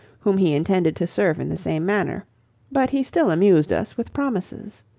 whom he intended to serve in the same manner but he still amused us with promises.